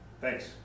Thanks